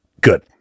good